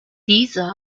dieser